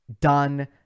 done